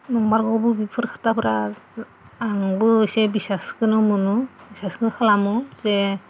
नंमारगौबो बेफोर खोथाफोरा आंबो इसे बिस्सासखौनो मोनो बिस्सासखौ खालामो बे